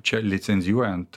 čia licenzijuojant